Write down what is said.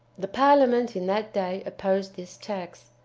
the parliament in that day opposed this tax.